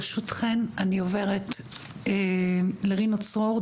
ברשותכן אני עוברת לרינו צרור,